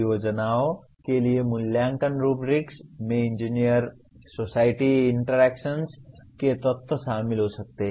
परियोजनाओं के लिए मूल्यांकन रुब्रिक्स में इंजीनियर सोसायटी इंटरैक्शन के तत्व शामिल हो सकते हैं